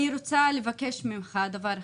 אני רוצה לבקש ממך דבר אחד: